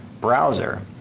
browser